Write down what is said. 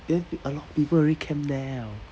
then are you people already camp there liao